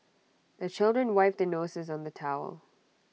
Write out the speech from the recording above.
the children wipe their noses on the towel